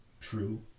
true